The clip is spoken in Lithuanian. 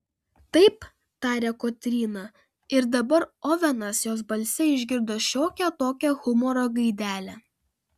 taip tarė kotryna ir dabar ovenas jos balse išgirdo šiokią tokią humoro gaidelę